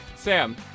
Sam